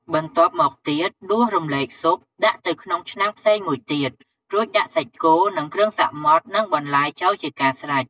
បន្ទាប់មកទៀតដួសរំលែកស៊ុបដាក់ទៅក្នុងឆ្នាំងផ្សេងមួយទៀត រួចដាក់ សាច់គោ គ្រឿងសមុទ្រនិងបន្លែចូលជាការស្រេច។